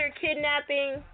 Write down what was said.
kidnapping